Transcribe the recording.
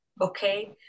Okay